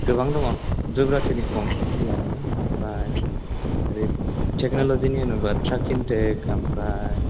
गोबां दङ ध्रुबराथिनिखौ बांसिन नायो आङो ओमफ्राय ओरै टेक्नलजिनि होनोब्ला ट्राकिन टेक ओमफ्राय